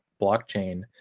blockchain